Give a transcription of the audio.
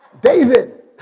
David